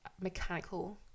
mechanical